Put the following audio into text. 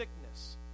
sickness